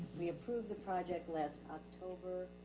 we approved the project last october.